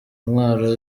intwaro